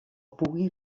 pugui